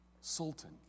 Sultan